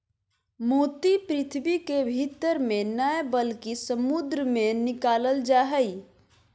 मोती पृथ्वी के भीतर से नय बल्कि समुंद मे से निकालल जा हय